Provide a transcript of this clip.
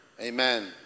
Amen